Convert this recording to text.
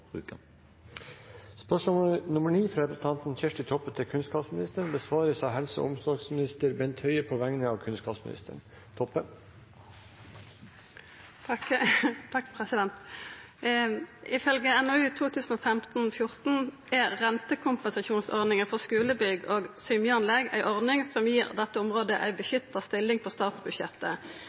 fra representanten Kjersti Toppe til kunnskapsministeren, vil bli besvart av helse- og omsorgsministeren på vegne av kunnskapsministeren. «Ifølgje NOU 2015: 14 er rentekompensasjonsordninga for skulebygg og symjeanlegg ei ordning som gir dette området ei beskytta stilling på statsbudsjettet.